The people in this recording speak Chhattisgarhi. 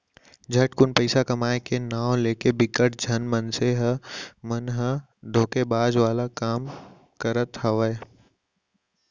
झटकुन पइसा कमाए के नांव लेके बिकट झन मनसे मन ह धोखेबाजी वाला काम करत हावय